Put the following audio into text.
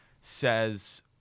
says –